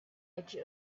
edge